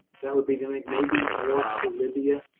that would be maybe more to libya,